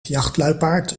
jachtluipaard